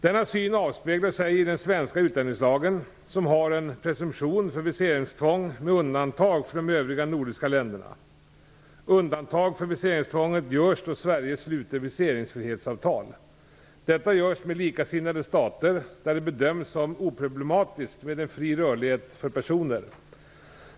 Denna syn avspeglar sig i den svenska utlänningslagen, som har en presumtion för viseringstvång, med undantag för de övriga nordiska länderna. Undantag för viseringstvånget görs då Sverige sluter viseringsfrihetsavtal. Detta görs med likasinnade stater där det bedöms som oproblematiskt med en fri rörlighet för personer.